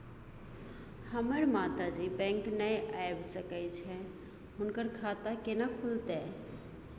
हमर माता जी बैंक नय ऐब सकै छै हुनकर खाता केना खूलतै?